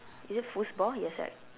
is it foosball yes right